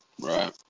Right